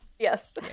Yes